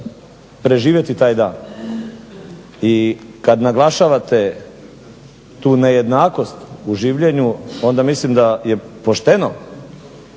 preživjeti taj dan. I kad naglašavate tu nejednakost u življenju onda mislim da je pošteno